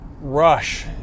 rush